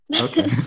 Okay